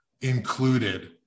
included